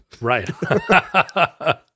Right